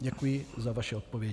Děkuji za vaše odpovědi.